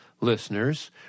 listeners